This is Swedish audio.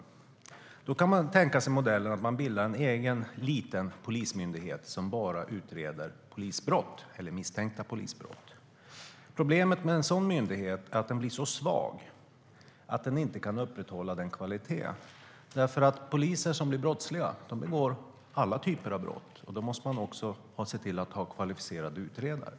Man kan tänka sig modellen att man bildar en egen, liten polismyndighet som bara utreder misstänkta polisbrott. Problemet med en sådan myndighet är att den blir så svag att den inte kan upprätthålla kvaliteten. Poliser som är brottsliga begår nämligen alla typer av brott, och därför måste man se till att ha kvalificerade utredare.